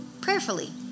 prayerfully